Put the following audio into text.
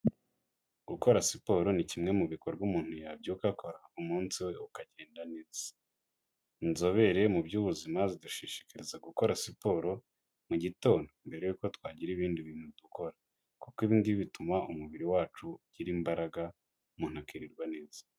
Gukora siporo ni kimwe mu bikorwa umuntu yabyuka akora umunsi we ukagenda, inzobere mu by'ubuzima zidushishikariza gukora siporo mu gitondo, mbere yuko twagira ibindi bintu dukora, kuko ngibi bituma umubiri wacu ugira imbaraga, umuntu akirirwa neza.